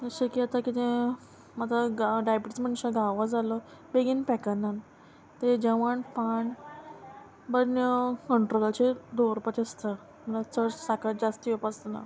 जशें की आतां कितें आतां डायबिटीज मनशां घावो जालो बेगीन पेखनान तें जेवण पाण बऱ्यो कंट्रोलाचेर दवरपाचें आसता म्हणल्यार चड साकर जास्त येवपा आसतना